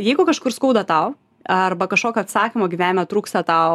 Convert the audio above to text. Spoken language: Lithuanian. jeigu kažkur skauda tau arba kažkokio atsakymo gyvenime trūksta tau